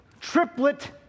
triplet